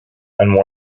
and